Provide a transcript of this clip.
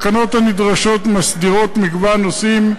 התקנות הנדרשות מסדירות מגוון נושאים,